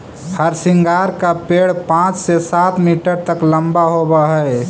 हरसिंगार का पेड़ पाँच से सात मीटर तक लंबा होवअ हई